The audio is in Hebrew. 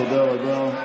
תודה רבה.